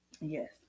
Yes